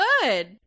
good